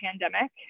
pandemic